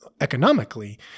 economically